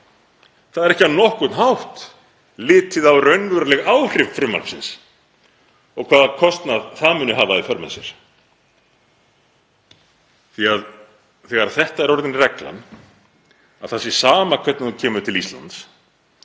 Ekki er á nokkurn hátt litið á raunveruleg áhrif frumvarpsins og hvaða kostnað það muni hafa í för með sér. Þegar þetta er orðin reglan, að það sé sama hvernig þú kemur til Íslands,